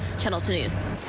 channel two news.